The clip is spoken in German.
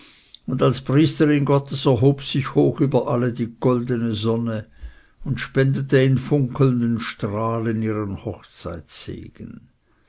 und als priesterin gottes erhob sich hoch über alle die goldene sonne und spendete in funkelnden strahlen ihren